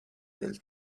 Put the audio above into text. del